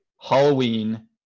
Halloween